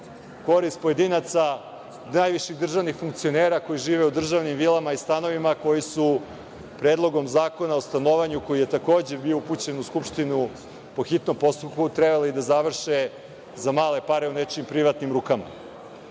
korist pojedinaca, najviših državnih funkcionera koji žive u državnim vilama i stanovima, koji su Predlogom zakona o stanovanju, koji je takođe bio upućen u Skupštinu po hitnom postupku, trebali da završe za male pare u nečijim privatnim rukama. Ovaj